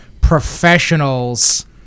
professionals